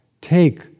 take